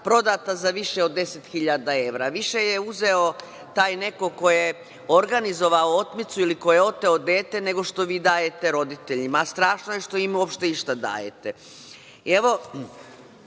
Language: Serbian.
prodata za više od deset hiljada evra. Više je uzeo taj neko ko je organizovao otmicu ili ko je oteo dete, nego što vi dajete roditeljima. Strašno je što im uopšte išta dajete. Evo,